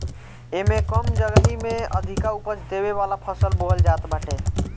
एमे कम जगही में अधिका उपज देवे वाला फसल बोअल जात बाटे